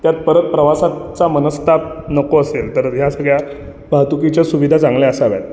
प्रवासाचा मनस्ताप नको असेल तर हया सगळ्या वाहतुकीच्या सुविधा चांगल्या असाव्यात